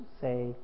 say